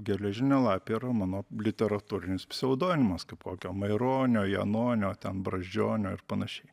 geležinė lapė yra mano literatūrinis pseudonimas kaip kokio maironio janonio ten brazdžionio ir panašiai